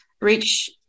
reach